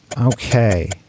Okay